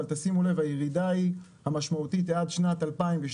אבל הירידה המשמעותית היא עד שנת 2012,